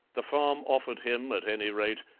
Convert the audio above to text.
the farm offered him, at any rate,